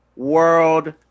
World